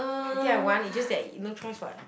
you think I want it's just that no choice [what]